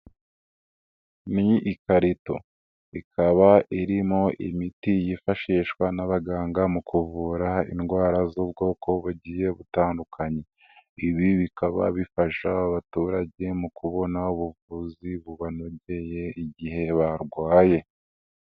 Ni ikarito ikaba irimo imiti yifashishwa n'abaganga mu kuvura indwara z'ubwoko bugiye butandukanye, ibi bikaba bifasha abaturage mu kubona ubuvuzi bubanogeye igihe barwaye.